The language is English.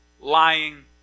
lying